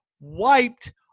wiped